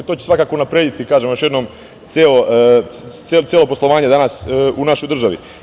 To će svakako unaprediti, kažem još jednom, celo poslovanje danas u našoj državi.